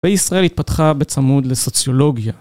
בישראל התפתחה בצמוד לסוציולוגיה.